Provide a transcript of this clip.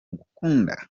ngukunda